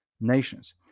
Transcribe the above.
Nations